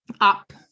up